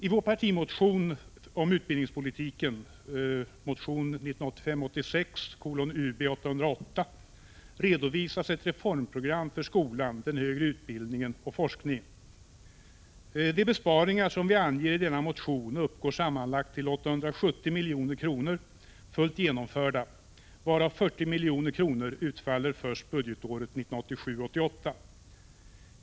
I vår partimotion om utbildningspolitiken, motion 1985 88.